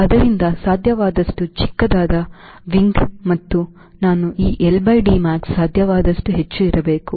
ಆದ್ದರಿಂದ ಸಾಧ್ಯವಾದಷ್ಟು ಚಿಕ್ಕದಾದ ರೆಕ್ಕೆ ಮತ್ತು ನಾನು ಈ LDmax ಸಾಧ್ಯವಾದಷ್ಟು ಹೆಚ್ಚು ಇರಬೇಕು